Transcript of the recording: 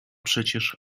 przecież